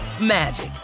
magic